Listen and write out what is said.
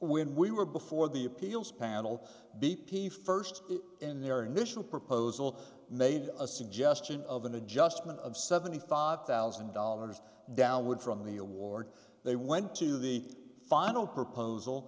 when we were before the appeals panel b p first in their initial proposal made a suggestion of an adjustment of seventy five thousand dollars down wood from the award they went to the final proposal